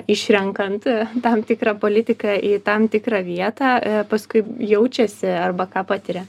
išrenkant tam tikrą politiką į tam tikrą vietą paskui jaučiasi arba ką patiria